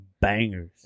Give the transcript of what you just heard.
bangers